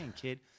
kid